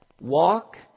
walk